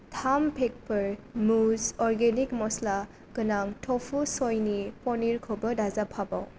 थाम पेकफोर मुज अर्गेनिक मस्ला गोनां टफु सयनि पनिरखौबो दाजाबफाबाव